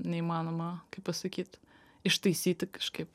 neįmanoma kaip pasakyt ištaisyti kažkaip